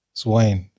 swine